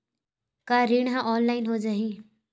का ऋण ह ऑनलाइन हो जाही?